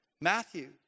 Matthew